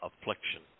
affliction